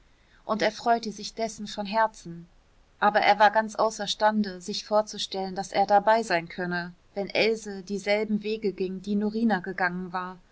und er freute sich dessen von herzen aber er war ganz außerstande sich vorzustellen daß er dabei sein könne wenn else dieselben wege ging die norina gegangen war